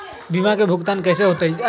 बीमा के भुगतान कैसे होतइ?